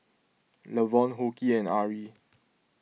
Lavonne Hoke and Ari